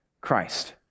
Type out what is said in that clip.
Christ